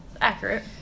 Accurate